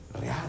real